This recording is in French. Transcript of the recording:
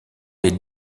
les